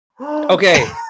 okay